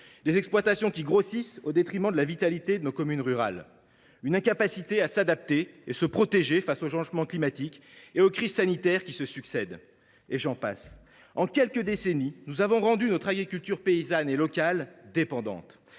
les exploitations grossissent au détriment de la vitalité de nos communes rurales ; notre agriculture souffre d’une incapacité à s’adapter et se protéger face aux changements climatiques et aux crises sanitaires qui se succèdent, et j’en passe ! En quelques décennies, nous avons rendu notre agriculture paysanne et locale dépendante